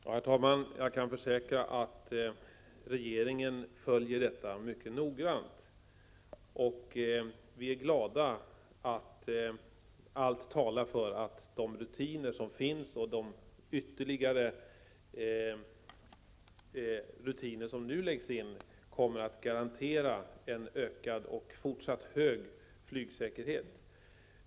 Herr talman! Jag kan försäkra att regeringen följer detta mycket noggrant. Vi är glada över att allt talar för att de rutiner som finns och de ytterligare rutiner som nu läggs in kommer att garantera en fortsatt hög och ökad flygsäkerhet.